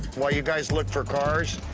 while you guys look for cars,